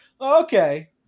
okay